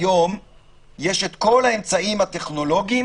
היום יש את כל האמצעים הטכנולוגיים